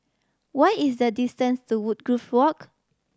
what is the distance to Woodgrove Walk